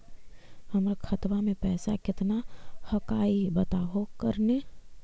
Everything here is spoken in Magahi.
हमर खतवा में पैसा कितना हकाई बताहो करने?